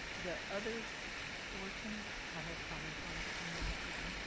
the other portion i have comments on, but you may not be done.